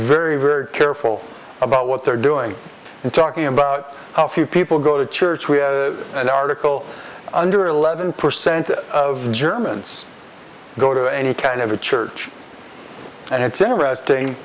very very careful about what they're doing and talking about how few people go to church we have an article under eleven percent of germans go to any kind of a church and it's interesting